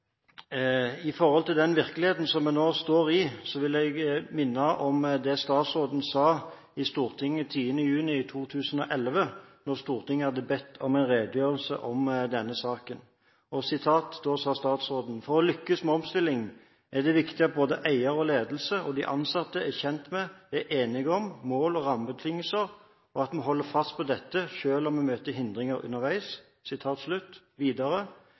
I forhold til den virkeligheten vi nå står i, vil jeg minne om det statsråden sa i Stortinget 10. juni 2011, da Stortinget hadde bedt om en redegjørelse om denne saken: «For å lykkes med omstillingen er det viktig at både eier og ledelse, og de ansatte, er kjent med, og er enige om, mål og rammebetingelser, og at vi holder fast på dette selv om vi møter hindringer underveis.» Videre: